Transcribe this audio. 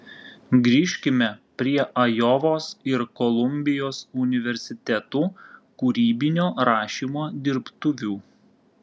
grįžkime prie ajovos ir kolumbijos universitetų kūrybinio rašymo dirbtuvių